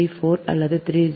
34 அல்லது 0